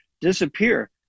disappear